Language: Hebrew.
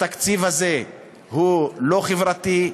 התקציב הזה הוא לא חברתי,